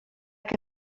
que